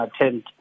attend